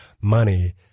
money